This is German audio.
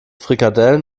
frikadellen